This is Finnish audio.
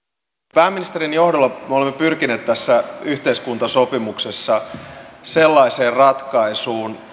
pääministerin johdolla me olemme pyrkineet tässä yhteiskuntasopimuksessa sellaiseen ratkaisuun joka